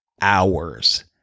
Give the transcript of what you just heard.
hours